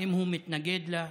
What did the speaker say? האם הוא מתנגד לה?